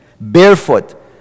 barefoot